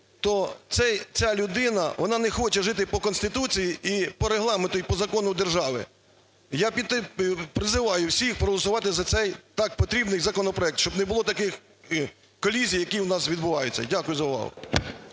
то ця людина, вона не хоче жити по Конституції і по Регламенту, і по закону держави. Я призиваю всіх проголосувати за цей так потрібний законопроект, щоб не було таких колізій, які в нас відбуваються. Дякую за увагу.